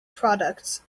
products